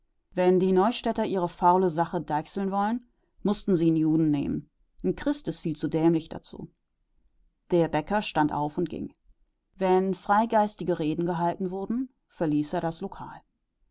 wenn die neustädter ihre faule sache deichseln wollen mußten sie n juden nehmen n christ ist viel zu dämlich dazu der bäcker stand auf und ging wenn freigeistige reden gehalten wurden verließ er das lokal